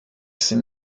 sich